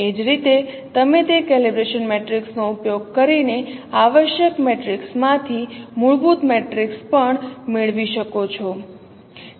એ જ રીતે તમે તે કેલિબ્રેશન મેટ્રિક્સ નો ઉપયોગ કરીને આવશ્યક મેટ્રિક્સમાંથી મૂળભૂત મેટ્રિક્સ પણ મેળવી શકો છો